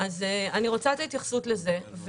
אז אני רוצה את ההתייחסות לזה.